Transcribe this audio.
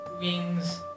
wings